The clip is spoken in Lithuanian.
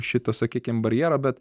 šito sakykim barjero bet